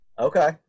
Okay